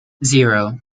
zero